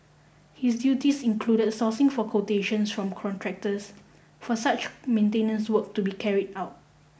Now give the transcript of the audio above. his duties included sourcing for quotations from contractors for such maintenance work to be carried out